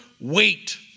wait